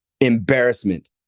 embarrassment